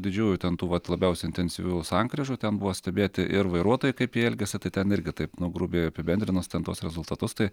didžiųjų ten tų vat labiausiai intensyvių sankryžų ten buvo stebėti ir vairuotojai kaip jie elgiasi tai ten irgi taip nu grubiai apibendrinus ten tuos rezultatus tai